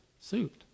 suit